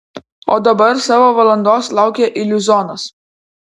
o dabar savo valandos laukia iliuzionas